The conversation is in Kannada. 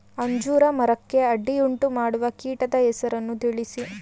ಅಂಜೂರ ಮರಕ್ಕೆ ಅಡ್ಡಿಯುಂಟುಮಾಡುವ ಕೀಟದ ಹೆಸರನ್ನು ತಿಳಿಸಿ?